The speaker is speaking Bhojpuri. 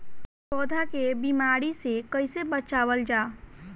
पौधा के बीमारी से कइसे बचावल जा?